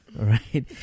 right